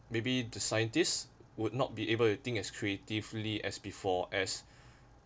maybe the scientists would not be able to think as creatively as before as